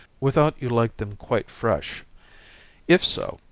without you like them quite fresh if so,